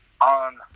on